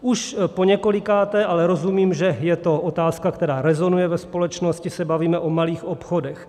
Už poněkolikáté ale rozumím, že je to otázka, která rezonuje, ve společnosti se bavíme o malých obchodech.